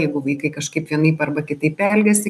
jeigu vaikai kažkaip vienaip arba kitaip elgiasi